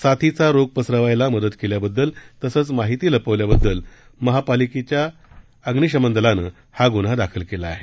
साथीचा रोग पसरवायला मदत केल्याबद्दल तसंच माहिती लपवल्याबद्दल महापालिकेच्यावतीने अग्निशमन दलाने हा ग्न्हा दाखल केला आहे